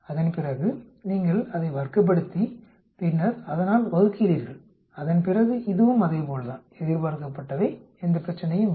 அதன்பிறகு நீங்கள் அதை வர்க்கப்படுத்தி பின்னர் அதனால் வகுக்கிறீர்கள் அதன்பிறகு இதுவும் அதேபோல்தான் எதிர்பார்க்கப்பட்டவை எந்த பிரச்சனையும் இல்லை